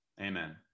amen